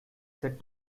said